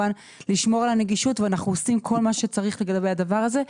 לשמור על הנגישות ואנחנו עושים כל מה שצריך לגבי הדבר הזה.